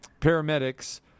paramedics